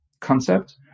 concept